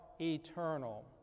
eternal